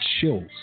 chills